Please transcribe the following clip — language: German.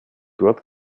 dort